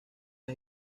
las